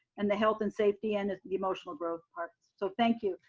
and the health and safety and emotional growth part. so thank you.